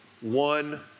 one